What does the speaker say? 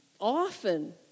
often